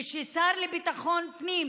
כשהשר לביטחון הפנים